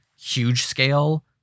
huge-scale